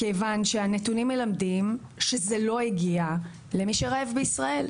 כיוון שהנתונים מלמדים שזה לא הגיע למי שרעב בישראל.